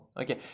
okay